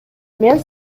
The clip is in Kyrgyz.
мен